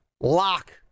lock